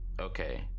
Okay